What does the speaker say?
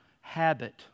habit